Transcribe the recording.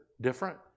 different